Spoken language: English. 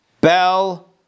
bell